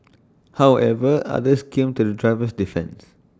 however others came to the driver's defence